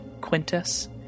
Quintus